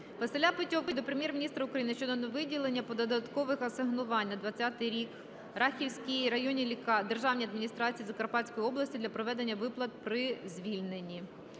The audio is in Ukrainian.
Василя Петьовки до Прем'єр-міністра України щодо виділення додаткових асигнувань на 20-й рік Рахівській районній державній адміністрації Закарпатської області для проведення виплат при звільненні.